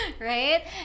Right